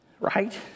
right